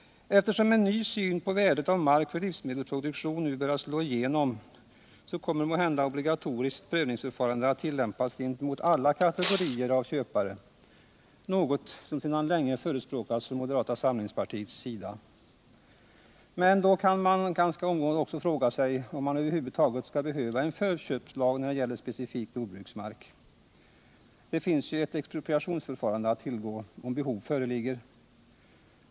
Eftersom en ny syn på värdet av mark för livsmedelsproduktion nu börjat slå igenom, kommer måhända obligatoriskt prövningsförfarande att tillämpas gentemot alla kategorier av köpare, något som sedan länge förespråkats från moderata samlingspartiets sida. Då kan man fråga sig om det över huvud taget behövs en förköpslag när det gäller specifik jordbruksmark. Det finns ju ett expropriationsförfarande att tillgå om behov föreligger.